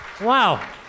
Wow